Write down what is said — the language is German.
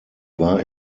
war